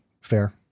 fair